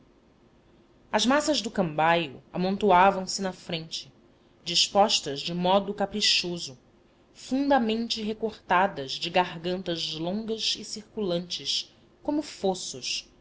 as massas do cambaio amontoavam se na frente dispostas de modo caprichoso fundamente recortadas e gargantas longas e circulantes como fossos